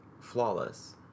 flawless